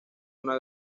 una